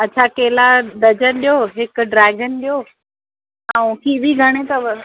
अच्छा केला डज़न ॾियो हिकु ड्रैगन ॾियो ऐं कीवी घणे अथव